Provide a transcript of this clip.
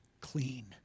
Clean